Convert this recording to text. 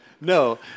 No